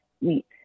wheat